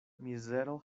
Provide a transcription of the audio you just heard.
mizero